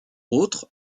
autres